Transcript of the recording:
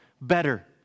better